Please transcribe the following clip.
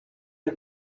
the